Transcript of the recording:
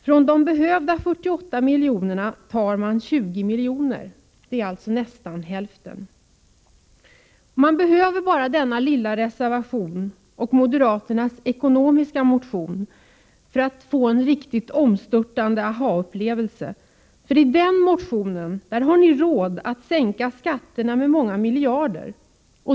Från de behövliga 48 miljonerna tar man 20 miljoner, dvs. nästan hälften. Det behövs bara denna lilla reservation och moderaternas ekonomiska motion för att man skall få en riktigt omstörtande aha-upplevelse. I den motionen har ni råd att sänka skatterna med många miljarder.